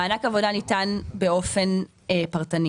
מהדיון הקודם הכנת רק דוגמה אחת?